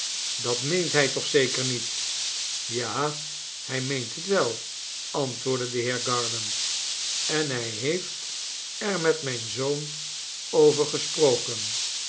dat meent hij toch zeker niet ja hij meent het wel antwoordde de heer garland en hij heeft er met mijn zoon over gesproken